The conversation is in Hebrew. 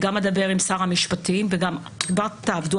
אני אדבר גם עם שר המשפטים וכבר תעבדו